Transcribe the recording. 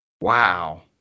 Wow